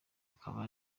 akaba